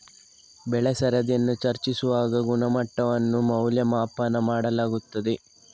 ಬೆಳೆ ಸರದಿಯನ್ನು ಚರ್ಚಿಸುವಾಗ ಗುಣಮಟ್ಟವನ್ನು ಮೌಲ್ಯಮಾಪನ ಮಾಡಲಾಗುತ್ತದೆ